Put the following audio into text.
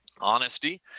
Honesty